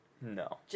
No